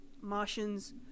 Martians